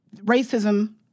racism